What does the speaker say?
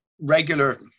regular